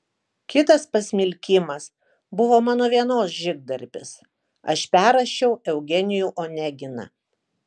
kitas pasmilkymas buvo mano vienos žygdarbis aš perrašiau eugenijų oneginą